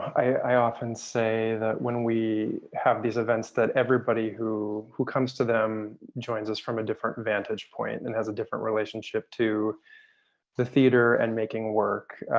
i often say that when we have these events that everybody who, who comes to them, joins us from a different vantage point and has a different relationship to the theater and making work.